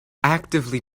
actively